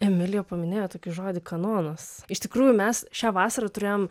emilija paminėjo tokį žodį kanonas iš tikrųjų mes šią vasarą turėjom